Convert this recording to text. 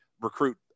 recruit